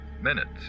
minutes